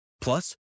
plus